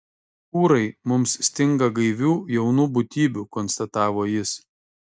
kūrai mums stinga gaivių jaunų būtybių konstatavo jis